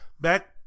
back